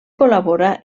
col·labora